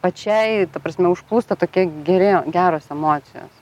pačiai ta prasme užplūsta tokie geri geros emocijos